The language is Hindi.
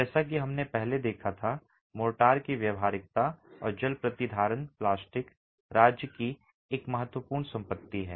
जैसा कि हमने पहले देखा था मोर्टार की व्यावहारिकता और जल प्रतिधारण प्लास्टिक राज्य की एक महत्वपूर्ण संपत्ति है